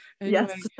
yes